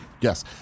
Yes